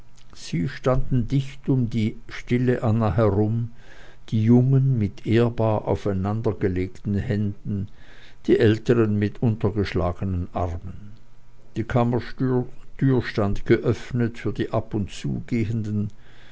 sie standen dichtgedrängt um die stille anna herum die jungen mit ehrbar aufeinandergelegten händen die älteren mit untergeschlagenen armen die kammertür stand geöffnet für die ab und zugehenden